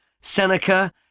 Seneca